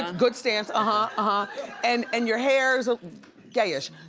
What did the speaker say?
good stance, ah huh ah huh. and and your hair's gayish.